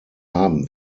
haben